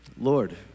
Lord